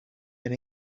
been